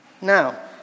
Now